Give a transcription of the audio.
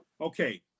Okay